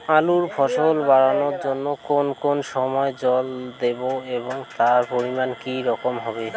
আলুর ফলন বাড়ানোর জন্য কোন কোন সময় জল দেব এবং তার পরিমান কি রকম হবে?